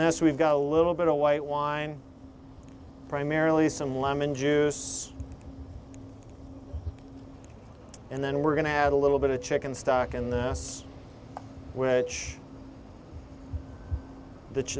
this we've got a little bit of white wine primarily some lemon juice and then we're going to add a little bit of chicken stock in this which